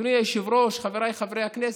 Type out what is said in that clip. אדוני היושב-ראש, חבריי חברי הכנסת,